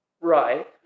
Right